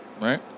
Right